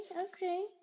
Okay